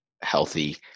healthy